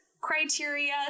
criteria